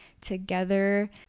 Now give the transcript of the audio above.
together